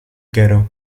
ghetto